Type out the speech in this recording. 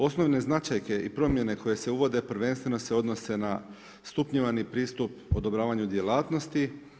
Osnovne značajke i promjene koje se uvode prvenstveno se odnose na stupnjevani pristup odobravanju djelatnosti.